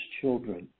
children